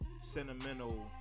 sentimental